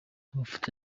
amafoto